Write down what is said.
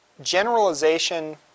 generalization